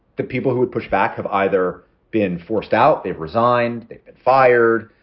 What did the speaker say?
the people who would push back have either been forced out, they've resigned, they've been fired.